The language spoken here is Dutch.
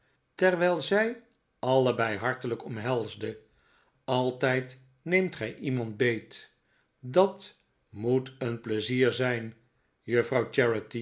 terwijl zij allebei hartelijk omhelsde altijd neemt gij iemand beet dat moet een pleizier zijn